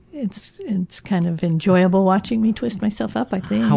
it's it's kind of enjoyable watching me twist myself up i think.